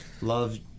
love